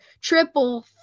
triple